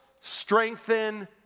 strengthen